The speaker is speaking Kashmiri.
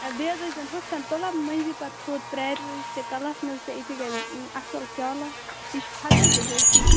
بیٚیہِ حظ ٲسۍزٮ۪ن ہُتھ کَن تُلان مٔنٛزی پَتہٕ تھوٚد پرٛٮ۪یَر وِزِ تہِ کَلاس منٛز تہِ أتی گژھِ اَصٕل چالاک یہِ چھُ کھوٚژان بِزٲتی